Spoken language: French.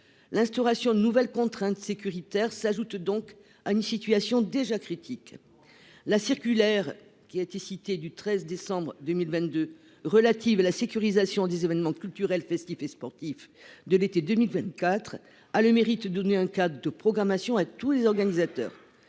L'instauration de nouvelles contraintes sécuritaires s'ajoute donc à une situation déjà critique. La circulaire du 13 décembre 2022 relative à la sécurisation des événements culturels, festifs et sportifs de l'été 2024 a le mérite de donner un cadre de programmation à tous les organisateurs,